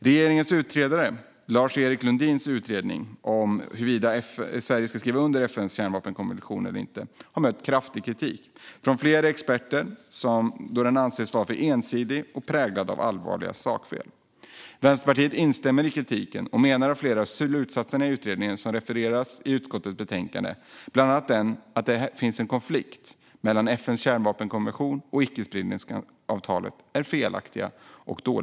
Regeringens utredare Lars-Erik Lundins utredning om huruvida Sverige ska skriva under FN:s kärnvapenkonvention eller inte har mött kraftig kritik från flera experter då den anses vara för ensidig och präglad av allvarliga sakfel. Vänsterpartiet instämmer i kritiken och menar att flera av utredningens slutsatser som utskottet refererar till i betänkandet är felaktiga och dåligt underbyggda, bland annat den om att det finns en konflikt mellan FN:s kärnvapenkonvention och icke-spridningsavtalet.